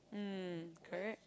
mm correct